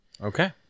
okay